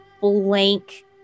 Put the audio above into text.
blank